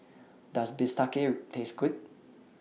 Does Bistake Taste Good